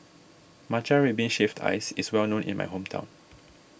Matcha Red Bean Shaved Ice is well known in my hometown